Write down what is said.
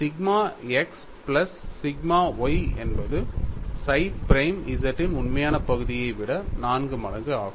sigma x plus sigma y என்பது psi prime z இன் உண்மையான பகுதியை விட 4 மடங்கு ஆகும்